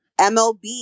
MLB